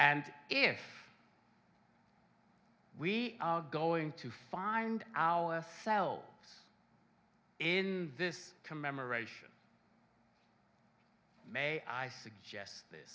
d if we are going to find ourselves in this commemoration may i suggest